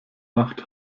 nacht